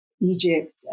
Egypt